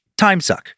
timesuck